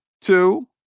two